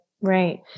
right